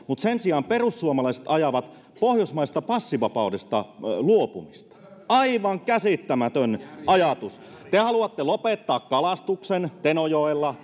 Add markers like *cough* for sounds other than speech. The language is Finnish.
*unintelligible* mutta sen sijaan perussuomalaiset ajavat pohjoismaisesta passivapaudesta luopumista aivan käsittämätön ajatus te haluatte lopettaa kalastuksen tenojoella *unintelligible*